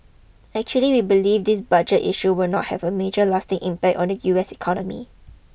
actually we believe this budget issue will not have a major lasting impact on the US economy